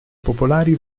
popolari